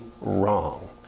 wrong